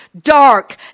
dark